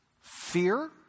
Fear